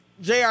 JR